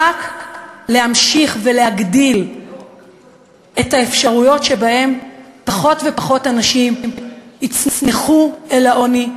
רק להמשיך ולהגדיל את האפשרויות שבהן פחות ופחות אנשים יצנחו אל העוני,